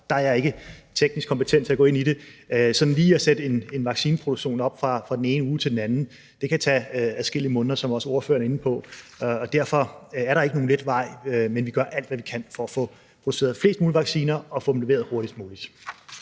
der er jeg ikke teknisk kompetent til at gå ind i det. Det er ikke sådan lige at sætte en vaccineproduktion op fra den ene uge til den anden, det kan tage adskillige måneder, som også ordføreren er inde på, og derfor er der ikke nogen let vej. Men vi gør alt, hvad vi kan, for at få produceret flest mulige vacciner og få dem leveret hurtigst muligt.